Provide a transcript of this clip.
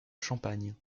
champagne